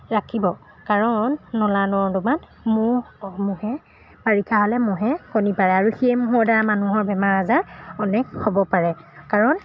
ৰাখিব কাৰণ নলা নৰ্দমাত মহ মহে বাৰিষা হ'লে মহে কণী পাৰে আৰু সেই মহৰদ্বাৰা মানুহৰ বেমাৰ আজাৰ অনেক হ'ব পাৰে কাৰণ